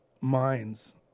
minds